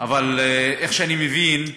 אבל איך שאני מבין,